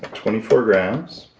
twenty four grams,